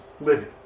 living